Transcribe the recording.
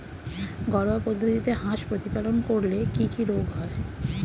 ঘরোয়া পদ্ধতিতে হাঁস প্রতিপালন করলে কি কি রোগ হয়?